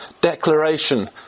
declaration